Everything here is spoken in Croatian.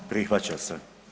Prihvaća se.